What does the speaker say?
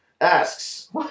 asks